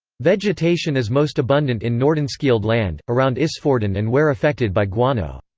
vegetation is most abundant in nordenskiold land, around isfjorden and where affected by guano.